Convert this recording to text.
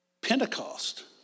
Pentecost